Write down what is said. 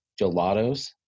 gelatos